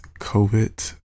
COVID